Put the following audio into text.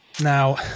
Now